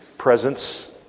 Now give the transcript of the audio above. Presence